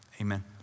amen